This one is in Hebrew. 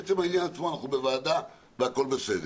עצם העניין עצמו, אנחנו בוועדה והכול בסדר.